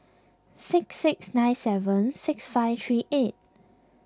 six six nine seven six five three eight